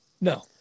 No